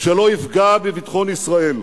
שלא יפגע בביטחון ישראל.